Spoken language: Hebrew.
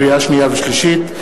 לקריאה שנייה ולקריאה שלישית,